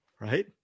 right